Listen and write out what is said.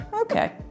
Okay